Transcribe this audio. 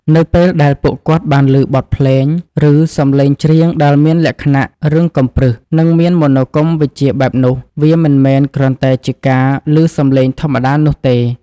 នៅពេលដែលពួកគាត់បានឮបទភ្លេង ឬសម្លេងច្រៀងដែលមានលក្ខណៈរឹងកំព្រឹស និងមានមនោគមវិជ្ជាបែបនោះ វាមិនមែនគ្រាន់តែជាការឮសម្លេងធម្មតានោះទេ។